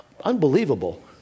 Unbelievable